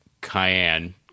Cayenne